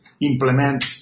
implement